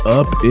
up